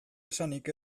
esanik